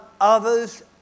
others